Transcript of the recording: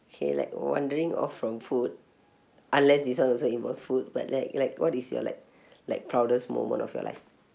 okay like wandering off from food unless this one also involves food but like like what is your like like proudest moment of your life